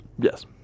Yes